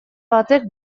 batek